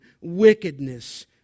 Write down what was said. wickedness